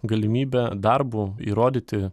galimybė darbu įrodyti